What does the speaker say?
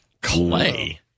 Clay